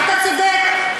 אתה צודק,